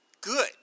good